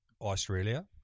Australia